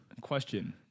Question